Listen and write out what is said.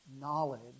knowledge